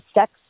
sex